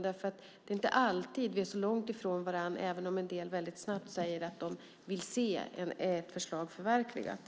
Det är inte alltid vi är så långt ifrån varandra även om en del väldigt snabbt säger att de vill se ett förslag förverkligat.